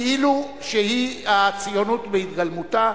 כאילו היא הציונות בהתגלמותה,